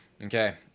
Okay